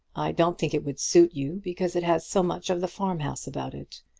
don't think it would suit you, because it has so much of the farm-house about it.